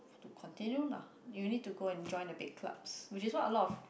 to continue lah you need to go and join the big clubs which is why a lot of